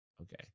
okay